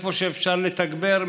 איפה שאפשר לתגבר,